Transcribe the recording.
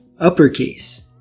uppercase